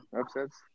upsets